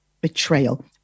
betrayal